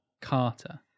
Carter